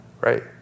right